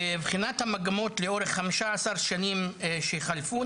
בבחינת המגמות לאורך 15 השנים שחלפו,